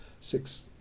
six